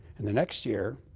and the next year,